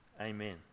Amen